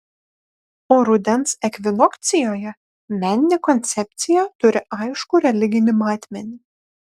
o rudens ekvinokcijoje meninė koncepcija turi aiškų religinį matmenį